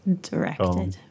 Directed